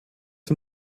den